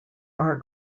are